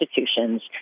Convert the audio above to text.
institutions